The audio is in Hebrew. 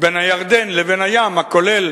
בין הירדן לבין הים, הכולל